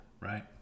right